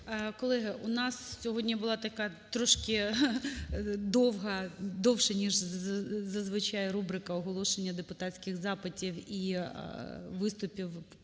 Колеги, у нас сьогодні була така трошки довга, довша, ніж зазвичай, рубрика оголошення депутатських запитів і виступів